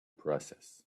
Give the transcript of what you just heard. process